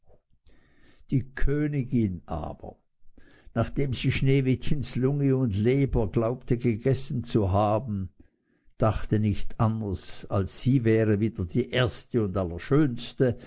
die königin aber nachdem sie sneewittchens lunge und leber glaubte gegessen zu haben dachte nicht anders als sie wäre wieder die erste und allerschönste